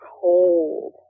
cold